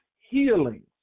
healing